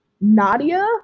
Nadia